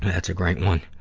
that's a great one.